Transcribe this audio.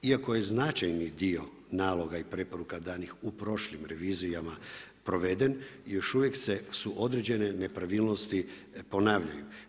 Iako je značajni dio naloga i preporuka danih u prošlim revizijama proveden, još uvijek se određene nepravilnosti ponavljaju.